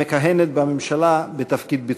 המכהנת בממשלה בתפקיד ביצועי.